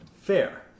Fair